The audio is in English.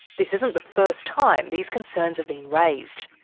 this isn't the first time these concerns have been raised.